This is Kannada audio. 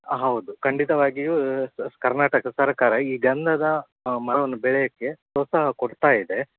ಆ ಹೌದು ಖಂಡಿತವಾಗಿಯೂ ಕರ್ನಾಟಕ ಸರ್ಕಾರ ಈ ಗಂಧದ ಮರವನ್ನು ಬೆಳೆಯೋಕ್ಕೆ ಪ್ರೋತ್ಸಾಹ ಕೊಡ್ತಾಯಿದೆ